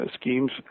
schemes